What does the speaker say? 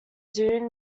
dune